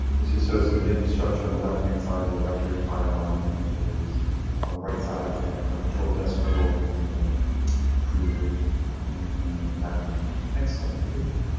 it's just so some of the infrastructure on the left hand side. the electric fire alarm utilities on the right side is that controlled vestibule that we've created and and bathroom area. next slide, please.